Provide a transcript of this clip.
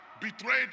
betrayed